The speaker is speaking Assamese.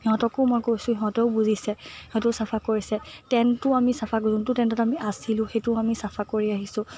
সিহঁতকো মই কৈছোঁ সিহঁতেও বুজিছে সিহঁতেও চাফা কৰিছে টেণ্টটোও আমি চাফা কৰিছোঁ যোনটো টেণ্টত আমি আছিলোঁ সেইটোও আমি চাফা কৰি আহিছোঁ